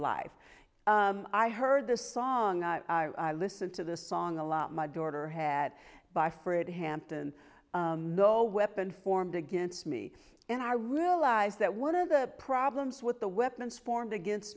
life i heard this song i listen to the song a lot my daughter had by fred hampton the weapon formed against me and i realized that one of the problems with the weapons formed against